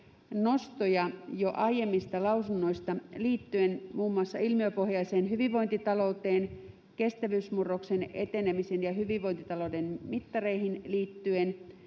nostoja jo aiemmista lausunnoista liittyen muun muassa ilmiöpohjaiseen hyvinvointitalouteen, kestävyysmurroksen etenemiseen ja hyvinvointitalouden mittareihin sekä